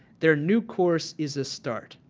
their new course is a start.